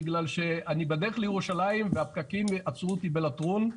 בגלל שאני בדרך לירושלים והפקקים עצרו אותי בלטרון.